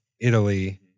Italy